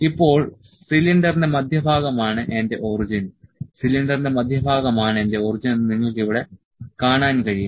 ഇപ്പോൾ സിലിണ്ടറിന്റെ മധ്യഭാഗമാണ് എന്റെ ഒറിജിൻ സിലിണ്ടറിന്റെ മധ്യഭാഗമാണ് എന്റെ ഒറിജിൻ എന്ന് നിങ്ങൾക്ക് ഇവിടെ കാണാൻ കഴിയും